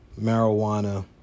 marijuana